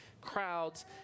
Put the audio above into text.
crowds